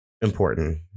important